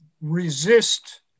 resist